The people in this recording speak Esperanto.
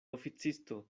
oficisto